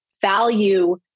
value